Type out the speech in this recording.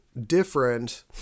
different